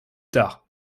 tard